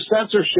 censorship